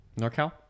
Norcal